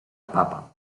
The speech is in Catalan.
papa